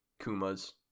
Kumas